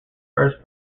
first